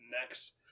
next